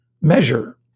measure